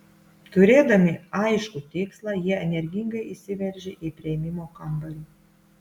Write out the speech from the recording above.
turėdami aiškų tikslą jie energingai įsiveržė į priėmimo kambarį